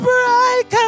Break